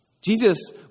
Jesus